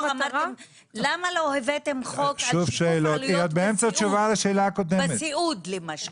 למה לא הבאתם חוק על שיקוף עלויות בסיעוד למשל?